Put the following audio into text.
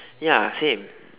ya same